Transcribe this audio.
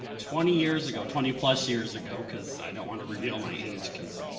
twenty years ago twenty plus years ago, because i don't want to reveal my age, because,